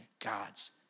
God's